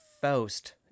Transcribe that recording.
Faust